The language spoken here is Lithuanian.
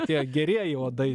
tie gerieji uodai